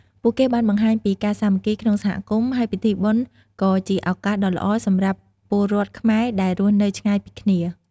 ពួកគេបានបង្ហាញពីការសាមគ្គីក្នុងសហគមន៍ ហើយពិធីបុណ្យក៏ជាឱកាសដ៏ល្អសម្រាប់ពលរដ្ឋខ្មែរដែលរស់នៅឆ្ងាយពីគ្នា។